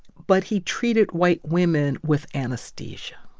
but he treated white women with anesthesia.